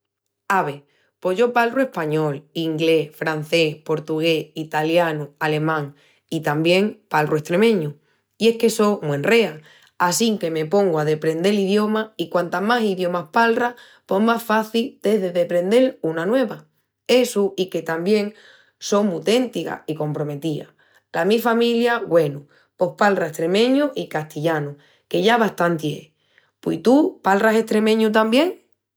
Ave, pos yo palru español, inglés, francés, portugués, italianu, alemán... i tamién palru estremeñu. I es que só mu enrea assinque me pongu a deprendel idiomas i quantas más idiomas palras pos más faci t'es de deprendel una nueva. Essu i que tamién só mu téntiga i comprometía. La mi familia, güenu, pos palra estremeñu i castillanu, que ya bastanti es. Pui tú, palras estremeñu tamién?